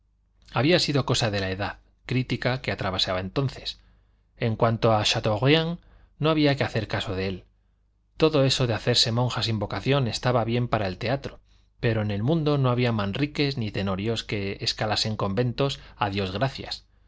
había sido cosa de la edad crítica que atravesaba entonces en cuanto a chateaubriand no había que hacer caso de él todo eso de hacerse monja sin vocación estaba bien para el teatro pero en el mundo no había manriques ni tenorios que escalasen conventos a dios gracias